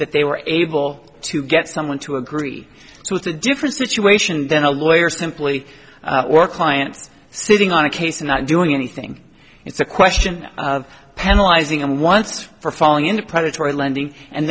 that they were able to get someone to agree so it's a different situation then a lawyer simply or client sitting on a case and not doing anything it's a question penalize ingham once for falling into predatory lending and